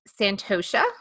Santosha